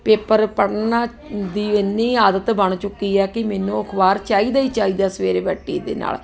paper ਪੜ੍ਹਨ ਦੀ ਇੰਨੀ ਆਦਤ ਬਣ ਚੁੱਕੀ ਆ ਕਿ ਮੈਨੂੰ ਅਖ਼ਬਾਰ ਚਾਹੀਦਾ ਹੀ ਚਾਹੀਦਾ ਸਵੇਰੇ ਬੈੱਡ ਟੀ ਦੇ ਨਾਲ